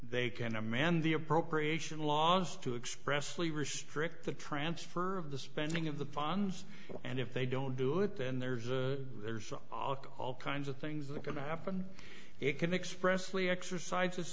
they can amend the appropriation laws to expressly restrict the transfer of the spending of the funds and if they don't do it then there's a there's all kinds of things that are going to happen it can express we exercise